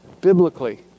biblically